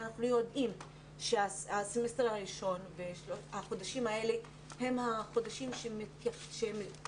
אנחנו יודעים שהסמסטר הראשון והחודשים האלה הם החודשים שמתנהלים